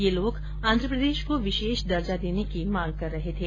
ये लोग आंध्र प्रदेश को विशेष दर्जा देने की मांग कर रहे थे